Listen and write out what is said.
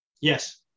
Yes